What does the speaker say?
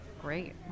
Great